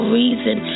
reason